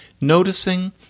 noticing